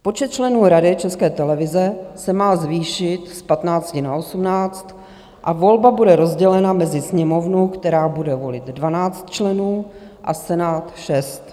Počet členů Rady České televize se má zvýšit z 15 na 18 a volba bude rozdělena mezi Sněmovnu, která bude volit 12 členů, a Senát 6.